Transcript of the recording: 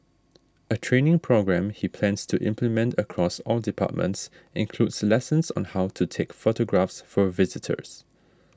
a training programme he plans to implement across all departments includes lessons on how to take photographs for visitors